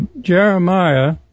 Jeremiah